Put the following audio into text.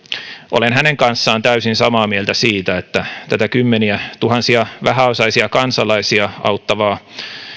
olen hänen kanssaan täysin samaa mieltä siitä että tätä kymmeniätuhansia vähäosaisia kansalaisia auttavaa